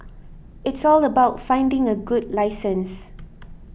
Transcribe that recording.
it's all about finding a good licensee